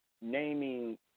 naming